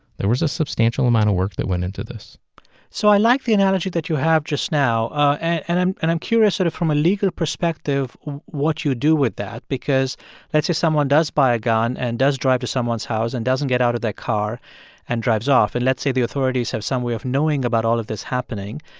there was a substantial amount of work that went into this so i like the analogy that you have just now. and i'm and i'm curious sort of from a legal perspective what you do with that because let's say someone does buy a gun and does drive to someone's house and doesn't get out of their car and drives off. and let's say the authorities have some way of knowing about all of this happening.